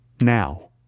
Now